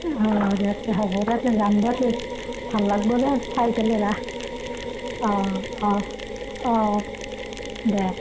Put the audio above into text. যাম দিয়ক ভাল লাগিব দিয়ক চাই পেলাই ৰাস অঁ অঁ অঁ দে